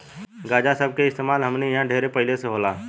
गांजा सब के इस्तेमाल हमनी इन्हा ढेर पहिले से होला